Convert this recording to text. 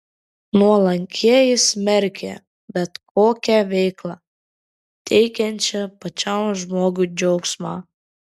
nuolankieji smerkė bet kokią veiklą teikiančią pačiam žmogui džiaugsmą